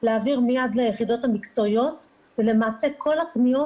להעביר מיד ליחידות המקצועיות ולמעשה כל הפניות